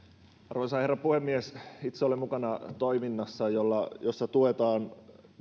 arvoisa herra puhemies itse olen mukana toiminnassa jossa tuetaan niin